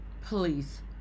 Please